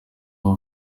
waba